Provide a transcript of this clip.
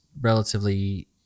relatively